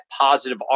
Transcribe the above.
positive